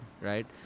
right